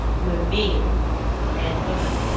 were men and women